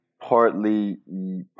partly